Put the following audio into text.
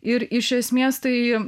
ir iš esmės tai